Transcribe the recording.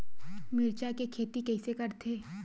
मिरचा के खेती कइसे करथे?